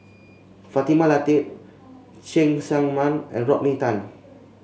Fatimah Lateef Cheng Tsang Man and Rodney Tan